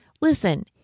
Listen